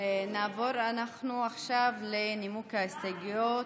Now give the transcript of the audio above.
אנחנו נעבור עכשיו לנימוק ההסתייגויות.